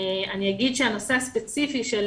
הנושא הספציפי של